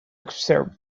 observe